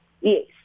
Yes